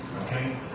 Okay